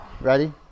Ready